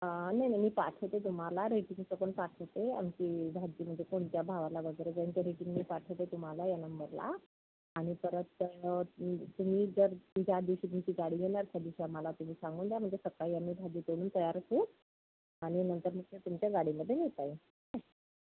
नाही नाही मी पाठवते तुम्हाला रेटिंगचं पण पाठवते आमची भाजी म्हणजे कोणत्या भावाला वगैरे राहील ते रेटिंग मी पाठवते तुम्हाला या नंबरला आणि परत तुम्ही जर ज्या दिवशी तुमची गाडी येणार त्यादिवशी आम्हाला तुम्ही सांगून द्या म्हणजे सकाळी आम्ही भाजी तोडून तयार ठेवू आणि नंतर मग ते तुमच्या गाडीमध्ये नेता येईल